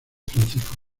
francisco